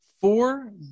four